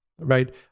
right